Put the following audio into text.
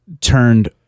turned